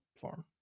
farm